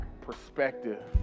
perspective